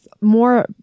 more